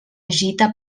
agita